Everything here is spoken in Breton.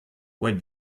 poent